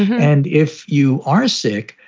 and if you are sick,